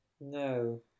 No